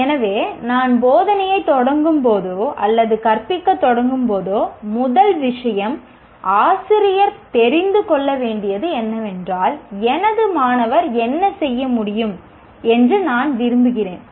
எனவே நான் போதனையைத் தொடங்கும்போதோ அல்லது கற்பிக்கத் தொடங்கும்போதோ முதல் விஷயம் ஆசிரியர் தெரிந்து கொள்ள வேண்டியது என்னவென்றால் எனது மாணவர் என்ன செய்ய முடியும் என்று நான் விரும்புகிறேன்